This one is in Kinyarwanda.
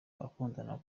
abakundana